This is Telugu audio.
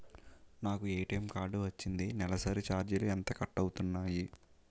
నాకు ఏ.టీ.ఎం కార్డ్ వచ్చింది నెలసరి ఛార్జీలు ఎంత కట్ అవ్తున్నాయి?